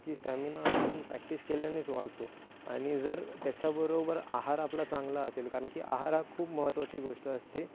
की स्टॅमिना आपण प्रॅक्टिस केल्यानेच वाढतो आणि जर त्याच्या बरोबर आहार आपला चांगला असेल कारण की आहार हा खूप महत्वाची गोष्ट असते